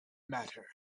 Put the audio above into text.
matter